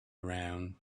around